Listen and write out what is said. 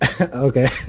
Okay